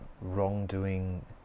wrongdoing